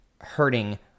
hurting